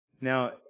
Now